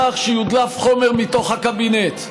שיודלף חומר מתוך הקבינט.